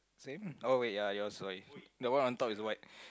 same oh wait ya it was like the one on top is white